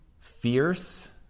Fierce